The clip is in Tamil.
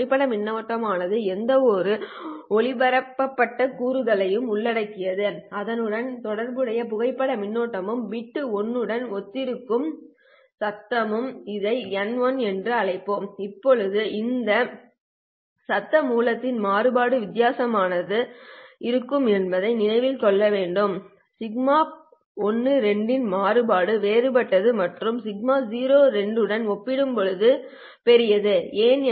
புகைப்பட மின்னோட்டமானது எந்தவொரு ஒளிபரப்பப்பட்ட கூறுகளையும் உள்ளடக்கியது அதனுடன் தொடர்புடைய புகைப்பட மின்னோட்டமும் பிட் 1 உடன் ஒத்திருக்கும் சத்தமும் இதை n1 என்று அழைப்போம் இப்போது இந்த சத்த மூலத்தின் மாறுபாடு வித்தியாசமாக இருக்கும் என்பதை நினைவில் கொள்ள வேண்டும் σ12 இன் மாறுபாடு வேறுபட்டது மற்றும் σ02 உடன் ஒப்பிடும்போது பெரியது ஏன்